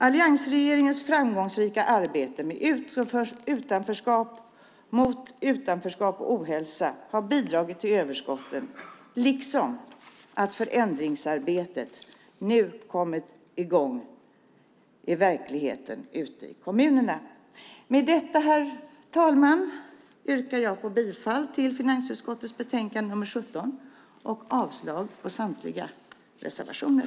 Alliansregeringens framgångsrika arbete mot utanförskap och ohälsa har bidragit till överskotten, liksom att förändringsarbetet nu har kommit i gång i verkligheten ute i kommunerna. Herr talman! Med detta yrkar jag bifall till förslaget i finansutskottets betänkande nr 17 och avslag på samtliga reservationer.